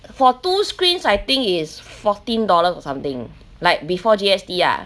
for two screens I think is fourteen dollar or something like before G_S_T ah